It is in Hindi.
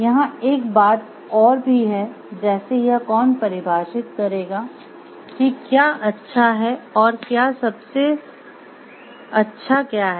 यहाँ एक बात और भी है जैसे यह कौन परिभाषित करेगा कि क्या अच्छा है और क्या सबसे अच्छा क्या है